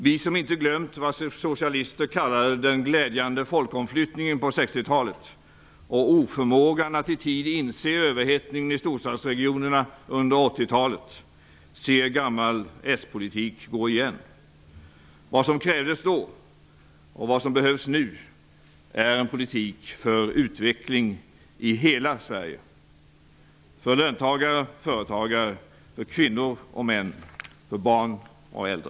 Vi som inte har glömt det som socialister kallade för ''den glädjande folkomflyttningen'' på 60-talet och oförmågan att i tid inse överhettningen i storstadsregionerna under 80-talet ser gammal spolitik gå igen. Vad som krävdes då och vad som behövs nu är en politik för utveckling i hela Sverige, för löntagare och företagare, för kvinnor och män, för barn och äldre.